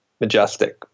Majestic